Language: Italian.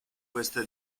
questa